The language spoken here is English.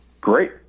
Great